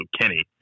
Kenny